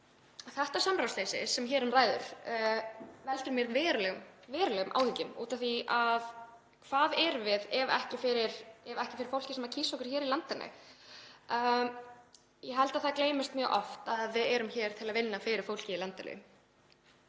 Þetta samráðsleysi sem hér um ræðir veldur mér verulegum áhyggjum út af því að hvað erum við ef ekki fyrir fólkið sem kýs okkur hér í landinu? Ég held að það gleymist mjög oft að við erum hér til að vinna fyrir fólkið í landinu.